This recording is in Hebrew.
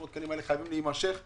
600 התקנים האלה חייבים להימשך.